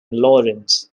laurens